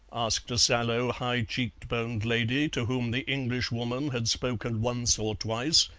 asked a sallow high-cheek-boned lady to whom the englishwoman had spoken once or twice,